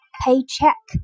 ，paycheck